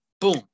boom